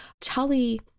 Tully